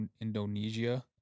Indonesia